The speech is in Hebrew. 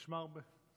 נשמע הרבה.